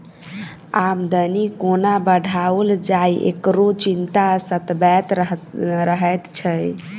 आमदनी कोना बढ़ाओल जाय, एकरो चिंता सतबैत रहैत छै